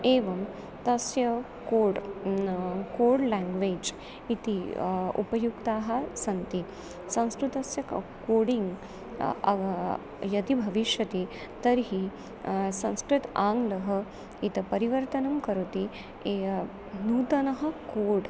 एवं तस्य code code language इति उपयुक्ताः सन्ति संस्कृतस्य क कोडिङ्ग् यदि भविष्यति तर्हि संस्कृतम् आङ्ग्लम् इति परिवर्तनं करोति इ नूतनः कोड्